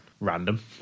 random